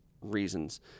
reasons